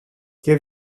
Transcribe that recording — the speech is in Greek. και